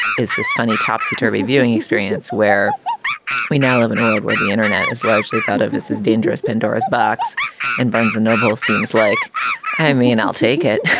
is this funny, topsy turvy viewing experience where we now live in a world where the internet is largely thought of as this dangerous pandora's box and barnes and noble seems like i mean, i'll take it.